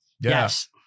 Yes